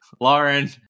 Lauren